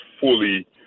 fully